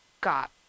got